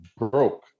broke